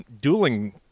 dueling